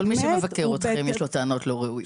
תבואי.